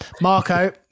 marco